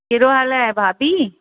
कहिड़ो हालु आहे भाभी